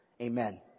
Amen